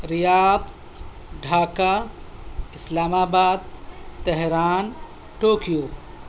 Riyadh Dhaka Islamabad Tehran Tokyo